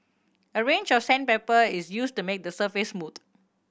a range of sandpaper is used to make the surface smooth